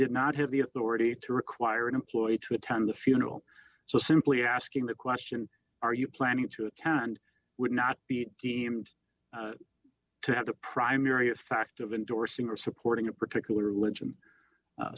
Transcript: did not have the authority to require an employee to attend the funeral so simply asking the question are you planning to account and would not be deemed to have the primary a fact of endorsing or supporting a particular religion